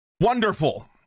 wonderful